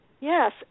yes